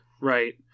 Right